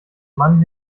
mann